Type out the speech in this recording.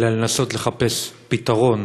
אלא לנסות לחפש פתרון,